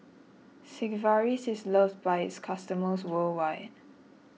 Sigvaris is loved by its customers worldwide